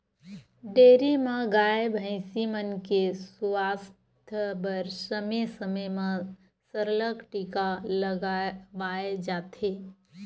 dairy म गाय, भइसी मन के सुवास्थ बर समे समे म सरलग टीका लगवाए जाथे